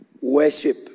worship